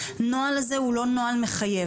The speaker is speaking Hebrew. שהנוהל הזה הוא לא נוהל מחייב,